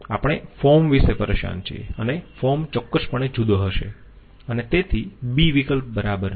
આપણે ફોર્મ વિશે પરેશાન છીએ અને ફોર્મ ચોક્કસપણે જુદો હશે અને તેથી b વિકલ્પ બરાબર નથી